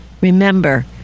Remember